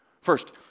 First